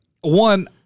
one